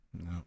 no